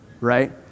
right